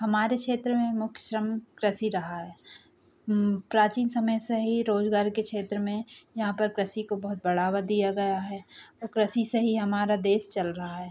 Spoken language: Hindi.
हमारे क्षेत्र में मुख्य श्रम कृषि रहा है प्राचीन समय से ही रोजगार के क्षेत्र में यहाँ पर कृषि को बहुत बढ़ावा दिया गया है और कृषि से ही हमारा देश चल रहा है